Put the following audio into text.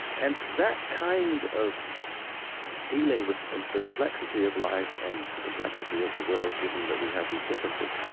and that kind of dealing with um the complexity of life and the complexity of the world, given that we have these differences,